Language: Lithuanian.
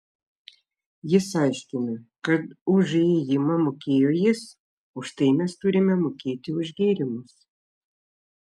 jis aiškino kad už įėjimą mokėjo jis už tai mes turime mokėti už gėrimus